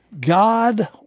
God